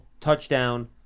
touchdown